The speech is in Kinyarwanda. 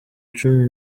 cumi